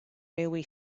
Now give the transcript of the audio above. railway